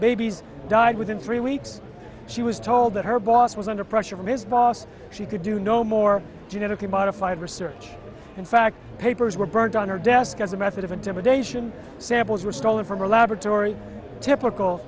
babies died within three weeks she was told that her boss was under pressure from his boss she could do no more genetically modified research in fact papers were burned on her desk as a method of intimidation samples were stolen from her laboratory typical